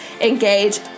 engage